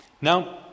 now